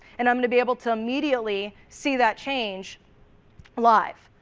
and um and be able to immediately see that change live.